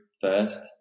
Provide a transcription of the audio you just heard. first